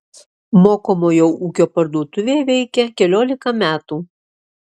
mokomojo ūkio parduotuvė veikia keliolika metų